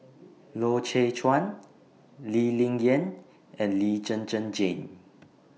Loy Chye Chuan Lee Ling Yen and Lee Zhen Zhen Jane